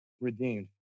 redeemed